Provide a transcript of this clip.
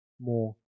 more